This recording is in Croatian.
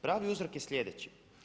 Pravi uzrok je sljedeći.